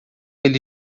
ele